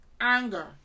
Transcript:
anger